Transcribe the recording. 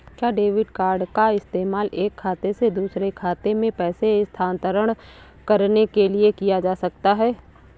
क्या debit card का इस्तेमाल एक खाते से दूसरे खाते में पैसे स्थानांतरण करने के लिए किया जा सकता है?